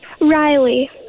Riley